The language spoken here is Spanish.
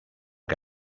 que